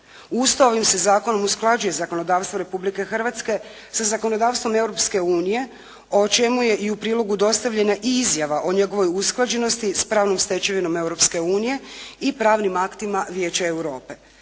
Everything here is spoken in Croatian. Uz to ovim se zakonom usklađuje zakonodavstvo Republike Hrvatske sa zakonodavstvom Europske unije o čemu je i u prilogu dostavljena i izjava o njegovoj usklađenosti s pravnom stečevinom Europske unije i pravnim aktima Vijeća Europe.